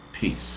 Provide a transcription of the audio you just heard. peace